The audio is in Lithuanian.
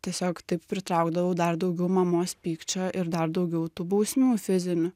tiesiog taip pritraukdavau dar daugiau mamos pykčio ir dar daugiau tų bausmių fizinių